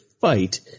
fight